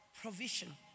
provision